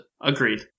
Agreed